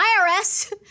IRS